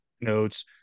notes